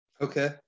Okay